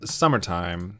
summertime